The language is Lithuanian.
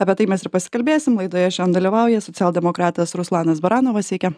apie tai mes ir pasikalbėsim laidoje šiandien dalyvauja socialdemokratas ruslanas baranovas sveiki